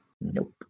Nope